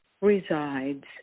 resides